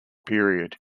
period